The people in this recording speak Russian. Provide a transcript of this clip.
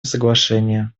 соглашения